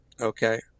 Okay